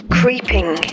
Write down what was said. creeping